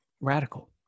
radical